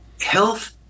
health